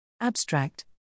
Abstract